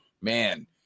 man